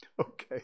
Okay